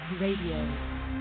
radio